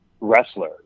wrestler